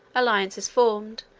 alliances formed,